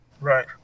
right